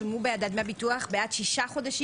שולמו בעדה דמי ביטוח בעד שישה חודשים